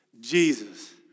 Jesus